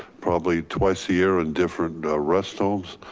probably twice a year in different rest homes.